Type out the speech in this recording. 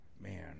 Man